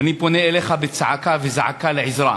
אני פונה אליך בצעקה וזעקה לעזרה.